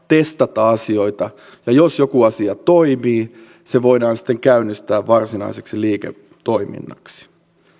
testata asioita ja jos joku asia toimii se voidaan sitten käynnistää varsinaiseksi liiketoiminnaksi